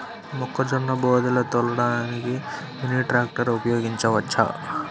మొక్కజొన్న బోదెలు తోలడానికి మినీ ట్రాక్టర్ ఉపయోగించవచ్చా?